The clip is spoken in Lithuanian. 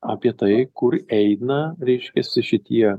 apie tai kur eina reiškiasi šitie